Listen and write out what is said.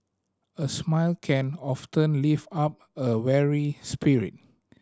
a smile can often lift up a weary spirit